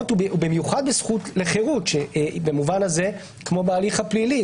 ובמיוחד בזכות לחירות שהיא במובן הזה כמו בהליך הפלילי,